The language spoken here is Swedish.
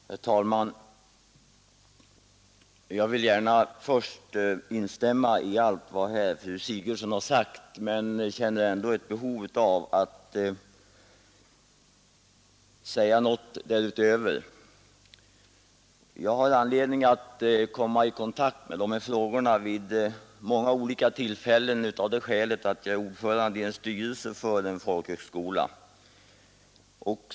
Herr talman! Jag vill gärna först instämma i allt vad fru Sigurdsen har sagt men känner också ett behov av att säga någonting därutöver Jag kommer i kontakt med de frågor vid många olika tillfällen, eftersom jag är ordförande i styrelsen för en folkhögskola.